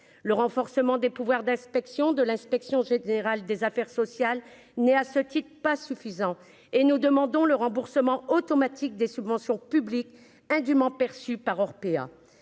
le renforcement des pouvoirs d'inspection de l'Inspection générale des affaires sociales n'à ce titre, pas suffisant et nous demandons le remboursement automatique des subventions publiques indument perçues par Orpea